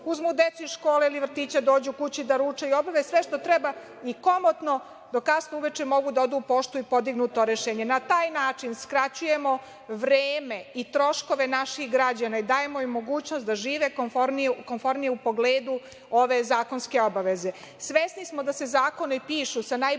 uzmu decu iz škole ili vrtića, dođu kući da ručaju, obave sve što treba i komotno do kasno uveče mogu da odu u poštu i podignu to rešenje. Na taj način skraćujemo vreme i troškove naših građana i dajemo im mogućnost da žive komfornije u pogledu ove zakonske obaveze. Svesni